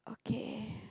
okay